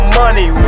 money